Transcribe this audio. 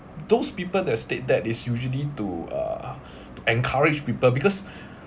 those people that state that is usually to uh to encourage people because